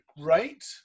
great